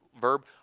verb